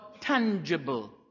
tangible